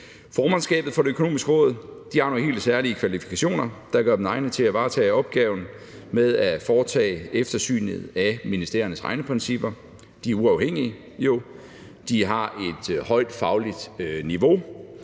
Formandskabet for Det Økonomiske Råd har nogle helt særlige kvalifikationer, der gør dem egnede til at varetage opgaven med at foretage eftersynet af ministeriernes regneprincipper. De er jo uafhængige, de har et højt fagligt niveau,